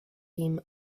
team